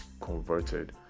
converted